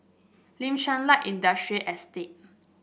Kim Chuan Light Industrial Estate